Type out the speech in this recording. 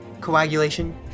coagulation